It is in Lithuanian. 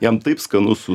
jam taip skanu su